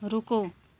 रुको